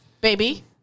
baby